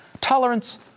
Tolerance